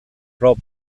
pro